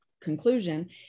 conclusion